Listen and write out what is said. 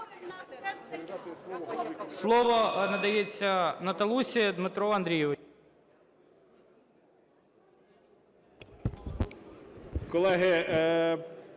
Слово надається Наталусі Дмитру Андрійовичу.